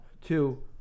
Two